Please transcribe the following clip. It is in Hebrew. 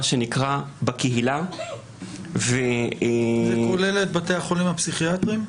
מה שנקרא בקהילה --- זה כולל את בתי החולים הפסיכיאטרים?